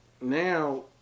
now